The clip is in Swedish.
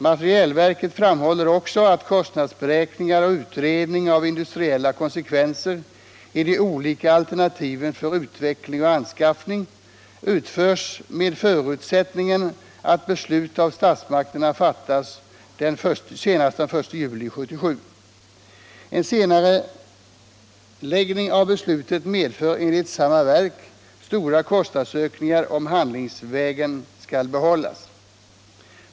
Materielverket har också framhållit att kostnadsberäkningar och utredning av industriella konsekvenser i de olika alternativen för utveckling och anskaffning utförs med förutsättningen att beslut av statsmakterna fattas senast den 1 juli 1977. En senareläggning av beslutet medför enligt samma verk stora kostnadsökningar om handlingsvägen skall behållas.